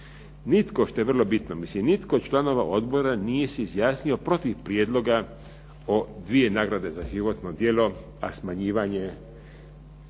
Nitko, što je vrlo bitno, nitko od članova odbora nije se izjasnio protiv prijedloga o dvije nagrade za životno djelo, a smanjivanje